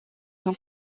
son